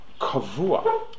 Kavua